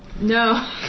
No